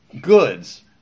goods